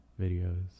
videos